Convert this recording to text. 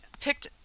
picked